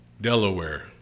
Delaware